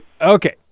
Okay